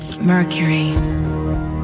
Mercury